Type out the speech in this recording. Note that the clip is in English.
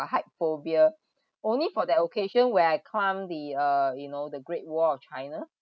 the height phobia only for that occasion where I climb the uh you know the great wall of china